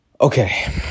Okay